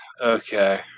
Okay